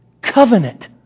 covenant